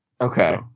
Okay